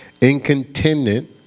incontinent